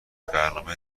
برنامه